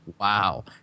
wow